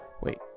Wait